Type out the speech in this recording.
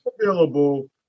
available